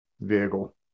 vehicle